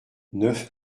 neuf